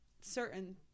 certain